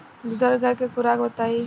दुधारू गाय के खुराक बताई?